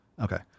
Okay